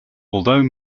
although